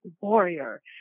warrior